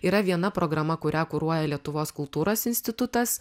yra viena programa kurią kuruoja lietuvos kultūros institutas